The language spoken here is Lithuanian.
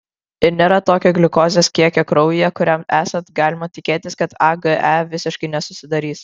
ir nėra tokio gliukozės kiekio kraujyje kuriam esant galima tikėtis kad age visiškai nesusidarys